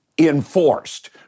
Enforced